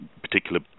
particular